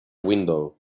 window